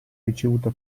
ricevuta